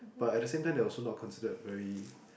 but at the same time they are also not considered very